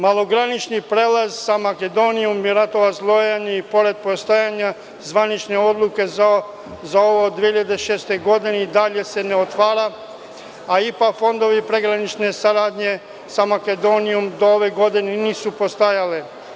Malogranični prelaz sa Makedonijom Miratovac – Lojane, i pored postojanja zvanične odluke iz 2006. godine i dalje se ne otvara, a IPA fondovi pregranične saradnje sa Makedonijom do ove godine nisu postojali.